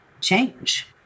change